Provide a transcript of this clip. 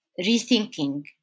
rethinking